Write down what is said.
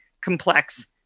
complex